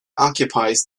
occupies